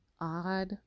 odd